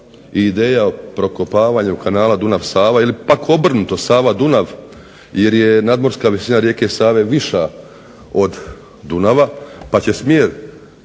Hvala vam